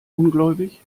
ungläubig